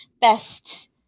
best